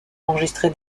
enregistrer